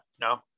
No